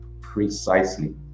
Precisely